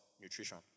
nutrition